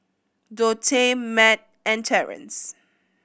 Dorthey Mat and Terence